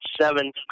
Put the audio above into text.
seven